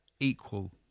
equal